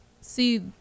see